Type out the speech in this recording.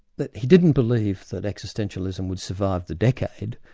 that he didn't believe that existentialism would survive the decade,